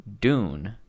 Dune